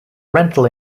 rental